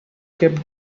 kept